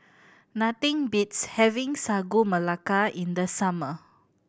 nothing beats having Sagu Melaka in the summer